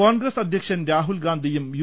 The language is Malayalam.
കോൺഗ്രസ് അധ്യക്ഷൻ രാഹുൽ ഗാന്ധിയും യു